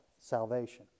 salvation